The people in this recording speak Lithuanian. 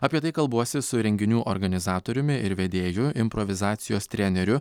apie tai kalbuosi su renginių organizatoriumi ir vedėju improvizacijos treneriu